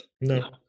No